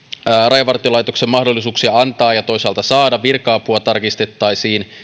rajavartiolaitoksen mahdollisuuksia antaa ja toisaalta saada virka apua tarkistettaisiin